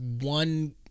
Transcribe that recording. one